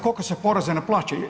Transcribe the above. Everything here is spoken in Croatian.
Koliko se poreza ne plaća?